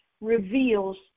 reveals